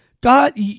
God